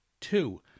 Two